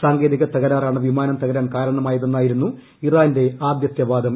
സാങ്കേതിക തകരാറാണ് വിമാനം തകരാൻ കാരണമായതെന്നായിരുന്നു ഇറാന്റെ ആദ്യത്തെ വാദം